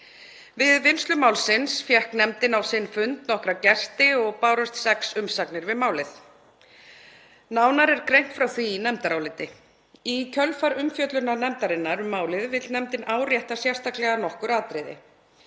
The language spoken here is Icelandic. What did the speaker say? Við vinnslu málsins fékk nefndin á sinn fund nokkra gesti og bárust sex umsagnir við málið. Nánar er greint frá því í nefndaráliti. Í kjölfar umfjöllunar nefndarinnar um málið vill nefndin árétta sérstaklega nokkur atriði.